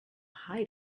height